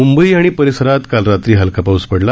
मंबई आणि परिसरात काल रात्री हलका पाऊस पडला